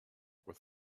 with